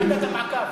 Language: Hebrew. ועדת המעקב.